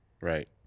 Right